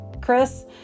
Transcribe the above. Chris